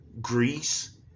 Greece